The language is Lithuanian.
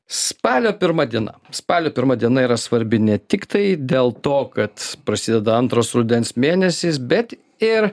spalio pirma diena spalio pirma diena yra svarbi ne tiktai dėl to kad prasideda antras rudens mėnesis bet ir